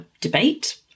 debate